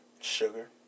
Sugar